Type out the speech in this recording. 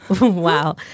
Wow